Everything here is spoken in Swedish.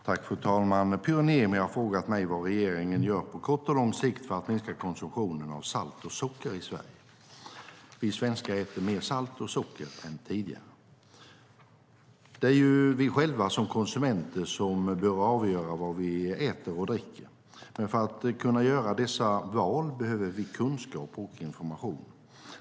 Fru talman! Pyry Niemi har frågat mig vad regeringen gör på kort och lång sikt för att minska konsumtionen av salt och socker i Sverige. Vi svenskar äter mer salt och socker än tidigare. Det är ju vi själva som konsumenter som bör avgöra vad vi äter och dricker, men för att kunna göra dessa val behöver vi kunskap och information.